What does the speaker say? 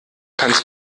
kannst